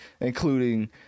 including